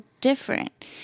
different